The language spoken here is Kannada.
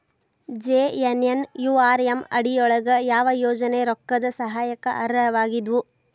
ಜೆ.ಎನ್.ಎನ್.ಯು.ಆರ್.ಎಂ ಅಡಿ ಯೊಳಗ ಯಾವ ಯೋಜನೆ ರೊಕ್ಕದ್ ಸಹಾಯಕ್ಕ ಅರ್ಹವಾಗಿದ್ವು?